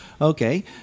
Okay